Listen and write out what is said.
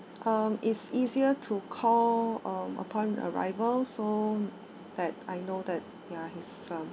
um it's easier to call uh upon arrival so that I know that ya he's um